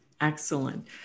Excellent